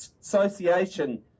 Association